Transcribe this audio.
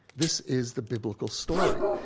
this is the biblical story.